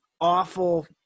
awful